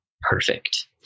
perfect